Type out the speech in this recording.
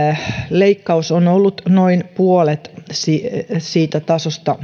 leikkaus on ollut noin puolet siitä tasosta